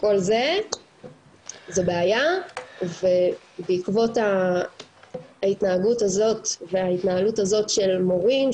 כל זה זו בעיה ובעקבות ההתנהגות הזאת וההתנהלות הזאת של מורים,